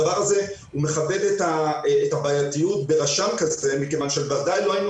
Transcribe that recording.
הדבר הזה --- את הבעייתיות ברשם כזה מכיוון שוודאי לא היינו